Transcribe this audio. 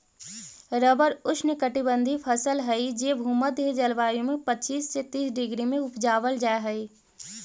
rubber ऊष्णकटिबंधी फसल हई जे भूमध्य जलवायु में पच्चीस से तीस डिग्री में उपजावल जा हई